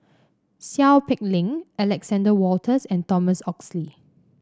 Seow Peck Leng Alexander Wolters and Thomas Oxley